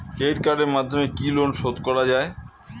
Credit কার্ডের মাধ্যমে কি লোন শোধ করা যায়?